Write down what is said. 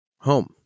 home